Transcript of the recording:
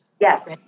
yes